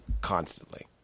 constantly